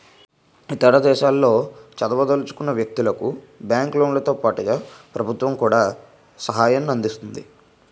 ఇతర దేశాల్లో చదవదలుచుకున్న వ్యక్తులకు బ్యాంకు లోన్లతో పాటుగా ప్రభుత్వం కూడా సహాయాన్ని అందిస్తుంది